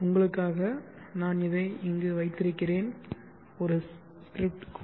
உங்களுக்காக நான் இதை இங்கு வைத்திருக்கிறேன் ஒரு ஸ்கிரிப்ட் கோப்பு ex02